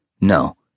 No